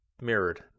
mirrored